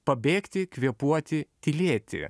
pabėgti kvėpuoti tylėti